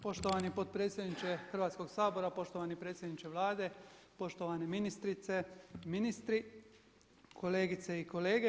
Poštovani potpredsjedniče Hrvatskoga sabora, poštovani predsjedniče Vlade, poštovane ministrice, ministri, kolegice i kolege.